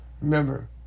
Remember